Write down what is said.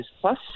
plus